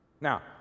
Now